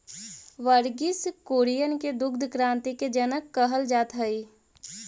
वर्गिस कुरियन के दुग्ध क्रान्ति के जनक कहल जात हई